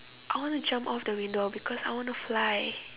I want to jump off the window because I want to fly